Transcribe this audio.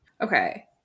Okay